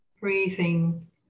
Breathing